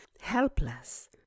helpless